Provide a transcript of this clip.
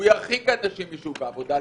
הוא ירחיק אנשים משוק העבודה.